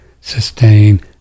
sustain